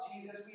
Jesus